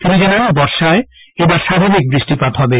তিনি জানান বর্ষায় এবার স্বাভাবিক বৃষ্টিপাত হবে